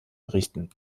errichten